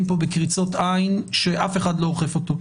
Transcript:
כאן בקריצות עין שאף אחד לא אוכף אותו.